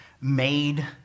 made